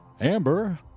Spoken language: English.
amber